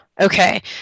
okay